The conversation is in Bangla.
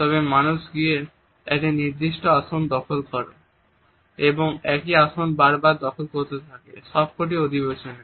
তবে মানুষ গিয়ে একটি নির্দিষ্ট আসন দখল করে এবং একই আসন বার বার দখল করতে থাকে সবকটি অধিবেশনে